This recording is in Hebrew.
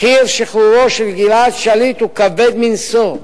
מחיר שחרורו של גלעד שליט הוא כבד מנשוא,